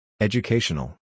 Educational